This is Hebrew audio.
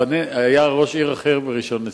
היה ראש עיר אחר בראשון-לציון.